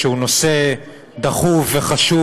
שהוא נושא דחוף וחשוב,